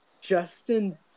Justin